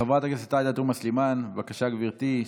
חברת הכנסת עאידה תומא סלימאן, בבקשה, גברתי.